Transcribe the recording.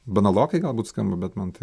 banalokai galbūt skamba bet man tai